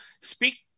Speak